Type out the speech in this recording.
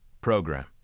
program